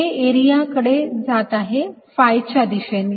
हे एरिया कडे जात आहे phi च्या दिशेने